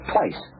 Twice